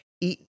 eat